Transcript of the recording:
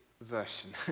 version